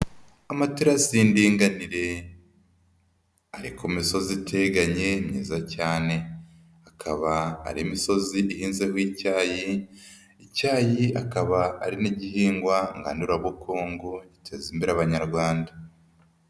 Amaterasi y'indinganire, ari ku misozi iteganye myiza cyane, akaba ari imisozi ihinzeho icyayi, icyayi akaba ari n'igihingwa ngandurabukungu giteza imbere abanyarwanda.